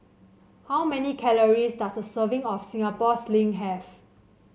how many calories does a serving of Singapore Sling have